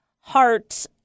heart